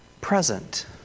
present